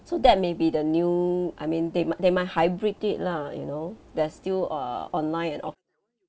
so that may be the new I mean they might they might hybrid it lah you know there's still err online and off